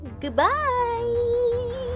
Goodbye